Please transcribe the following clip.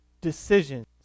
decisions